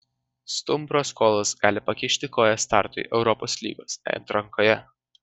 stumbro skolos gali pakišti koją startui europos lygos atrankoje